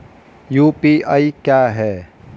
UPI क्या है?